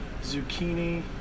zucchini